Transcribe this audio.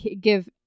give